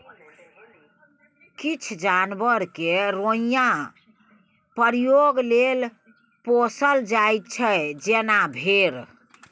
किछ जानबर केँ रोइयाँ प्रयोग लेल पोसल जाइ छै जेना भेड़